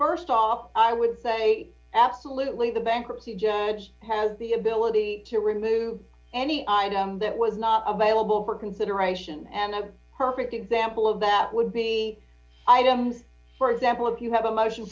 st off i would say absolutely the bankruptcy judge has the ability to remove any item that was not available for consideration and i'm perfect example of that would be items for example if you have a motion